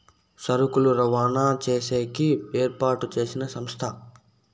సరుకులు రవాణా చేసేకి ఏర్పాటు చేసిన సంస్థ